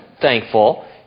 thankful